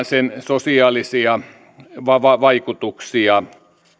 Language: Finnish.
sen sosiaalisia vaikutuksia kyennyt arvioimaan